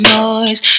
noise